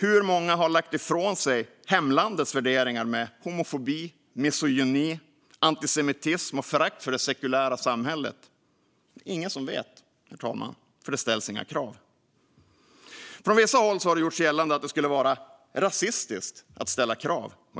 Hur många har lagt ifrån sig hemlandets värderingar som homofobi, misogyni, antisemitism och förakt för det sekulära samhället? Det är det ingen som vet, herr talman, för det ställs inga krav. Från vissa håll har det gjorts gällande att det skulle vara "rasistiskt" att ställa krav.